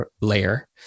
layer